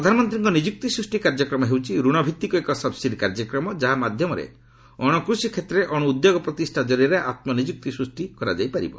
ପ୍ରଧାନମନ୍ତ୍ରୀଙ୍କ ନିଯୁକ୍ତି ସୃଷ୍ଟି କାର୍ଯ୍ୟକ୍ରମ ହେଉଛି ରଣ ଭିତ୍ତିକ ଏକ ସବ୍ସିଡି କାର୍ଯ୍ୟକ୍ରମ ଯାହା ମାଧ୍ୟମରେ ଅଣକୃଷି କ୍ଷେତ୍ରରେ ଅଣୁ ଉଦ୍ୟୋଗ ପ୍ରତିଷ୍ଠା ଜରିଆରେ ଆତ୍କ ନିଯୁକ୍ତି ସୁଯୋଗ ସୃଷ୍ଟି କରାଯାଇ ପାରିବ